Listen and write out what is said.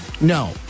No